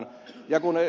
kun ed